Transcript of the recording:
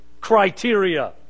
criteria